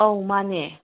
ꯑꯧ ꯃꯥꯅꯦ